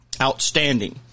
outstanding